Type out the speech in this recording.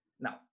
Now